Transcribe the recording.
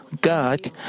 God